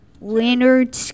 Leonard